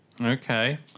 Okay